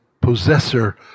possessor